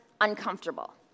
uncomfortable